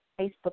Facebook